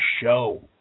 show